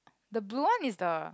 the blue one is the